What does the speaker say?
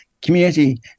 Community